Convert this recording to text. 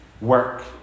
work